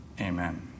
Amen